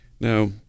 Now